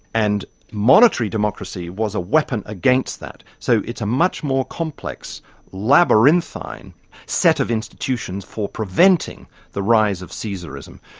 and monitory democracy was a weapon against that. so it's a much more complex labyrinthine set of institutions for preventing the rise of caesarism.